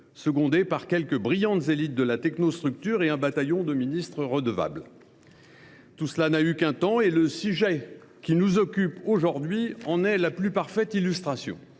secondé par quelques brillants éléments des élites de la technostructure et un bataillon de ministres redevables. Tout cela n’a eu qu’un temps et le sujet qui nous occupe aujourd’hui en est la plus parfaite illustration.